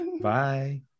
bye